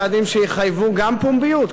צעדים שיחייבו גם פומביות,